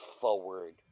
forward